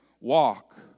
walk